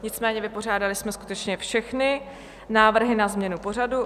Nicméně vypořádali jsme skutečně všechny návrhy na změnu pořadu.